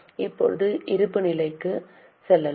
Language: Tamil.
இப்போது இருப்புநிலைக்கு செல்லலாம்